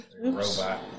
Robot